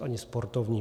Ani sportovní.